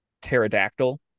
pterodactyl